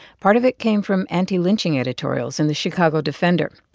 part of it came from anti-lynching editorials in the chicago defender.